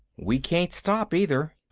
we can't stop, either.